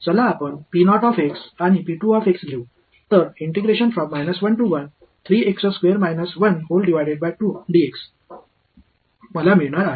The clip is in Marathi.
चला आपण आणि घेऊ तर मला काय मिळणार आहे